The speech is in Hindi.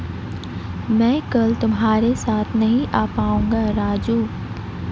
मैं कल तुम्हारे साथ नहीं आ पाऊंगा राजू